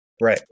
Right